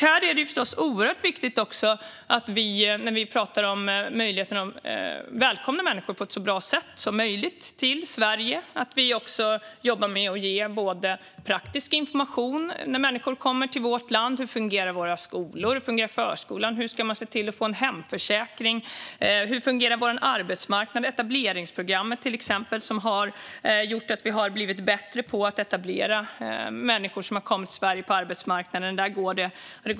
När det gäller möjligheten att välkomna människor till Sverige på ett så bra sätt som möjligt är det förstås oerhört viktigt att vi jobbar med att ge praktisk information när människor kommer till vårt land. Hur fungerar våra skolor? Hur fungerar förskolan? Hur ska man se till att få en hemförsäkring? Hur fungerar vår arbetsmarknad? Hur fungerar etableringsprogrammet? Etableringsprogrammet har gjort att vi har blivit bättre på att etablera människor som kommer till Sverige på arbetsmarknaden.